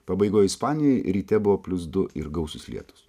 pabaigoj ispanijoj ryte buvo plius du ir gausus lietus